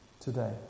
today